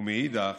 ומאידך